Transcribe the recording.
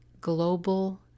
Global